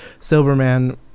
Silverman